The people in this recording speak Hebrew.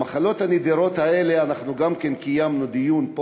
על המחלות הנדירות האלה אנחנו קיימנו דיון גם פה,